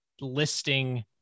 listing